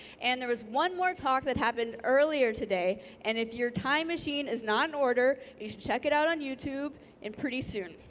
and there was one more talk that happened earlier today, and if your time machine is not in order, you should check it out on youtube and pretty soon.